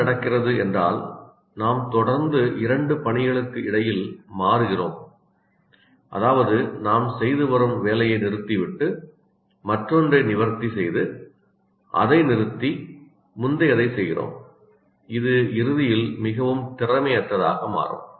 என்ன நடக்கிறது என்றால் நாம் தொடர்ந்து இரண்டு பணிகளுக்கு இடையில் மாறுகிறோம் அதாவது நாம் செய்து வரும் வேலையை நிறுத்திவிட்டு மற்றொன்றை நிவர்த்தி செய்து அதை நிறுத்தி முந்தையதை செய்கிறோம் இது இறுதியில் மிகவும் திறமையற்றதாக மாறும்